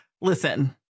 listen